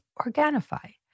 Organifi